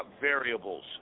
variables